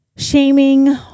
Shaming